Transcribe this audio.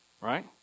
right